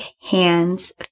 hands